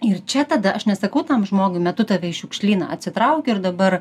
ir čia tada aš nesakau tam žmogui metu tave į šiukšlyną atsitraukiu ir dabar